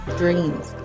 dreams